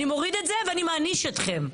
אני מוריד את זה ואני מעניש אתכם.